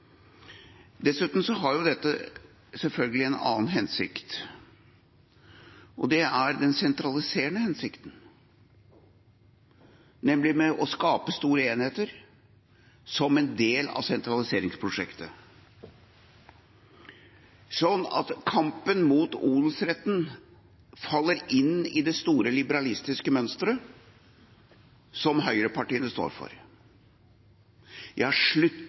Dessuten har dette selvfølgelig en annen hensikt. Det er den sentraliserende hensikten, nemlig å skape store enheter som en del av sentraliseringsprosjektet, sånn at kampen mot odelsretten faller inn i det store liberalistiske mønsteret som høyrepartiene står for. Jeg